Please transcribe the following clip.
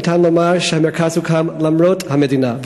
ניתן לומר שהמרכז הוקם למרות המדינה,